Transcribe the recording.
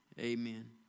Amen